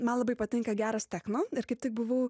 man labai patinka geras techno ir kaip tik buvau